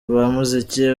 b’umuziki